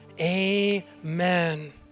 amen